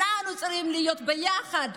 אנחנו צריכים להיות ביחד.